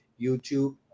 YouTube